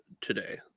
today